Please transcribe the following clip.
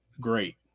great